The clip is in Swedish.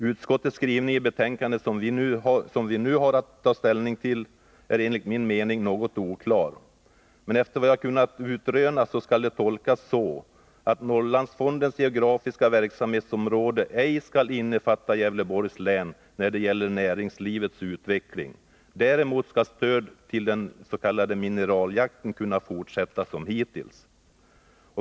Utskottets skrivning i det betänkande vi nu har att ta ställning till är enligt min mening något oklar, men efter vad jag har kunnat utröna skall den tolkas så, att Norrlandsfondens geografiska verksamhetsområde när det gäller näringslivets utveckling ej skall innefatta Gävleborgs län. Däremot skall stöd till den s.k. mineraljakten kunna fortsätta som hittills.